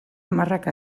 hamarrak